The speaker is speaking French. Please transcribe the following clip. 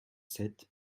sept